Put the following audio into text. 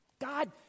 God